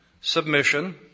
submission